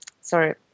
Sorry